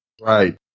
Right